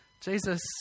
Jesus